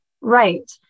Right